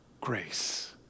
grace